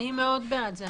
אני מאוד בעד זה.